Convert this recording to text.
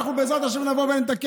אנחנו, בעזרת השם, נבוא ונתקן.